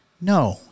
No